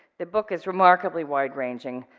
the book is remarkable wide ranging.